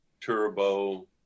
Turbo